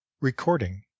Recording